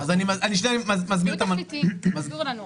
ל --- תהיו תכליתיים, תסבירו לנו איך.